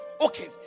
okay